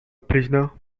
prisoner